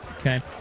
Okay